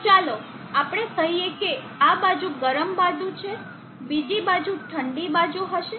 તો ચાલો આપણે કહીએ કે આ બાજુ ગરમ બાજુ છે બીજી બાજુ ઠંડી બાજુ હશે